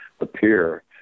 appear